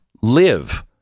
live